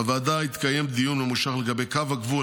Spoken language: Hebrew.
בוועדה התקיים דיון ממושך לגבי קו הגבול